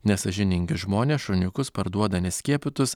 nesąžiningi žmonės šuniukus parduoda neskiepytus